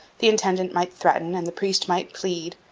the intendant might threaten and the priest might plead.